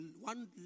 one